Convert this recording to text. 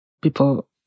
People